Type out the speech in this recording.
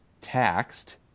taxed